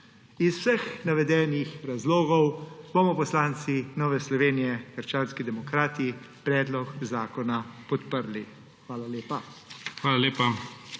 Iz vseh navedenih razlogov bomo poslanci Nove Slovenije – krščanski demokrati predlog zakona podprli. Hvala lepa.